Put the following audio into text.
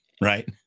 right